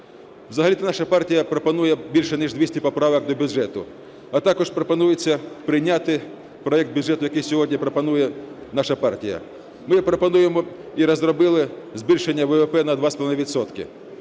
Взагалі наша партія пропонує більше ніж 200 поправок до бюджету, а також пропонується прийняти проект бюджету, який сьогодні пропонує наша партія. Ми пропонуємо і розробили збільшення ВВП на 2,5